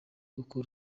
uko